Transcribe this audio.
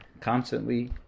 constantly